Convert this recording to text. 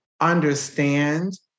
understand